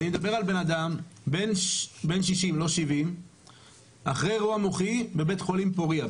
אני מדבר על בן אדם בן 60 אחרי אירוע מוחי בבית חולים פוריה.